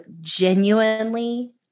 genuinely